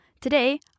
Today